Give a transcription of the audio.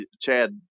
Chad